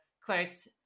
close